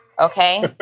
Okay